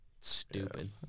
stupid